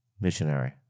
Missionary